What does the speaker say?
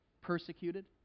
persecuted